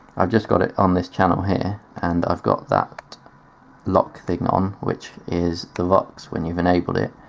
i've just got it on this channel here and i've got that lock thing on which is the vox when you have enabled it